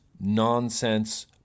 nonsense